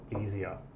easier